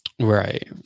Right